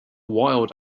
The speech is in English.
wild